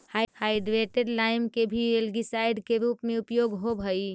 hydrated lime के भी algicide के रूप में उपयोग होव हई